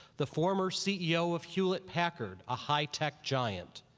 the former ceo of hewlett packard, a high tech giant.